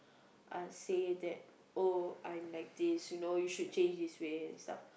uh say that oh I'm like this you know you should change this way and stuff